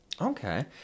Okay